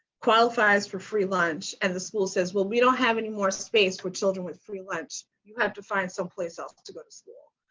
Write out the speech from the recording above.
qualifies for free lunch, and the school says, well, we don't have anymore space for children with free lunch. you have to find someplace else to go to school.